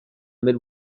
mid